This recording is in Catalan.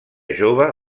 jove